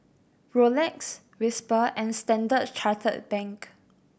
Rolex Whisper and Standard Chartered Bank